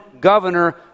governor